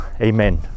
Amen